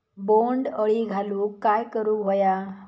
बोंड अळी घालवूक काय करू व्हया?